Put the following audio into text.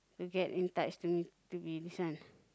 to get in touch with to be this one